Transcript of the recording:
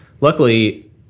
Luckily